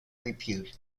repute